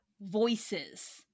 voices